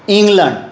England